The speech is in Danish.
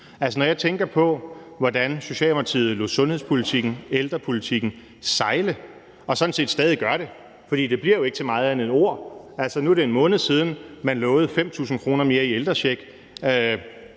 Jeg tænker på, hvordan Socialdemokratiet lod sundhedspolitikken og ældrepolitikken sejle og sådan set stadig gør det, for det bliver jo ikke til meget andet end ord. Altså, nu er det en måned siden, man lovede 5.000 kr. mere i ældrecheck.